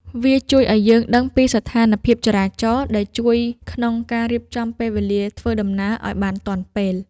វាជួយឱ្យយើងដឹងពីស្ថានភាពចរាចរណ៍ ដែលជួយក្នុងការរៀបចំពេលវេលាធ្វើដំណើរឱ្យបានទាន់ពេល។